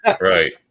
Right